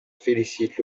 félicite